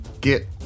get